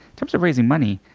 terms of raising money,